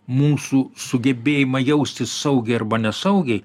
mūsų sugebėjimą jaustis saugiai arba nesaugiai